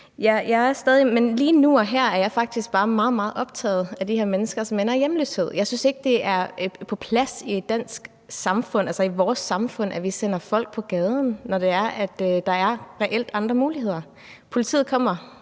lige nu og her er jeg faktisk bare meget, meget optaget af de her mennesker, som ender i hjemløshed. Jeg synes ikke, det er på sin plads i det danske samfund, i vores samfund, at vi sender folk på gaden, når der reelt er andre muligheder. Politiet siger,